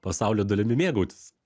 pasaulio dalimi mėgautis